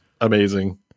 amazing